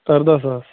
اَرداہ ساس